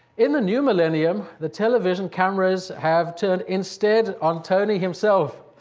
in the new millennium, the television cameras have turned instead on tony himself,